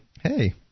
Hey